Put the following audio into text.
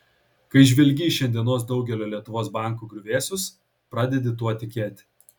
kai žvelgi į šiandienos daugelio lietuvos bankų griuvėsius pradedi tuo tikėti